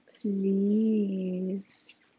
please